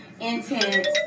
intense